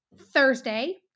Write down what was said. thursday